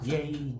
Yay